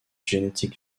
genetic